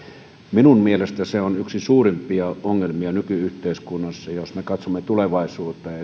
minun mielestäni se on yksi suurimpia ongelmia nyky yhteiskunnassa jos me katsomme tulevaisuuteen